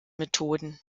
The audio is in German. methoden